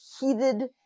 heated